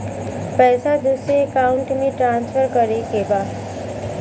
पैसा दूसरे अकाउंट में ट्रांसफर करें के बा?